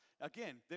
again